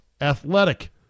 athletic